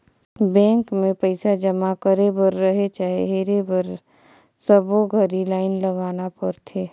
bank मे पइसा जमा करे बर रहें चाहे हेरे बर सबो घरी लाइन लगाना परथे